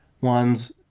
ones